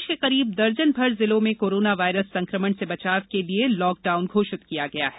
प्रदेश के करीब दर्जनभर जिलों में कोरोना वायरस संकमण से बचाव के लिए लॉकडाउन घोषित किया गया है